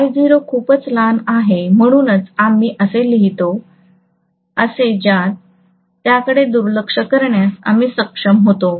I0 खूपच लहान आहे म्हणूनच आम्ही असे लिहितो असे ज्यात त्याकडे दुर्लक्ष करण्यास आम्ही सक्षम होतो